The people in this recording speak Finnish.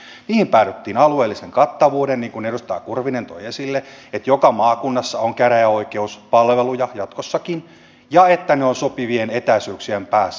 näihin päädyttiin alueellisen kattavuuden kannalta niin kuin edustaja kurvinen toi esille että joka maakunnassa on käräjäoikeuspalveluja jatkossakin ja että ne ovat sopivien etäisyyksien päässä